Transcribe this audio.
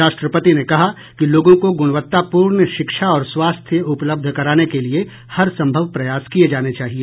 राष्ट्रपति ने कहा कि लोगों को गुणवत्तापूर्ण शिक्षा और स्वास्थ्य उपलब्ध कराने के लिए हर सम्भव प्रयास किये जाने चाहिए